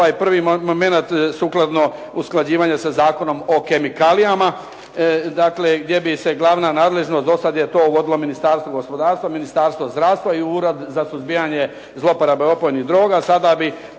ovaj prvi momenat sukladno usklađivanje sa Zakonom o kemikalijama, gdje bi se glavna nadležnost, do sada je to vodilo Ministarstvo gospodarstva, Ministarstvo zdravstva i Ured za suzbijanje zlouporabe opojnih droga,